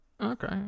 Okay